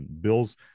Bills